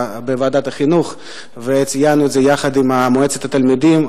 ישיבה בוועדת החינוך וציינו את זה יחד עם מועצת התלמידים,